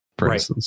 Right